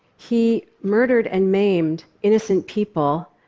he murdered and maimed innocent people,